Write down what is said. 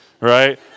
right